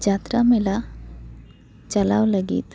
ᱡᱟᱛᱨᱟ ᱢᱮᱞᱟ ᱪᱟᱞᱟᱣ ᱞᱟᱹᱜᱤᱫ